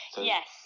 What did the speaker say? Yes